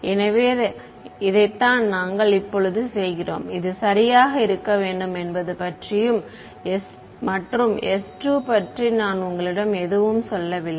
எனவே இதைத்தான் நாங்கள் இப்போது செய்கிறோம் இது சரியாக இருக்க வேண்டும் என்பது பற்றியும் மற்றும் s 2 பற்றி நான் உங்களிடம் எதுவும் சொல்லவில்லை